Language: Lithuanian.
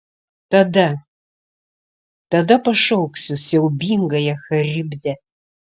tada tada pašauksiu siaubingąją charibdę